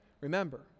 remember